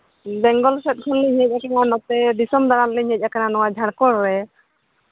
ᱵᱮᱝᱜᱚᱞ ᱥᱮᱫ ᱠᱷᱚᱱ ᱞᱤᱧ ᱦᱮᱡ ᱠᱟᱱᱟ ᱱᱚᱛᱮ ᱫᱤᱥᱚᱢ ᱫᱟᱬᱟᱱ ᱞᱤᱧ ᱦᱮᱡ ᱠᱟᱱᱟ ᱱᱚᱣᱟ ᱡᱷᱟᱲᱠᱷᱚᱸᱰ ᱨᱮ